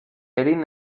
erin